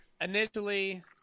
initially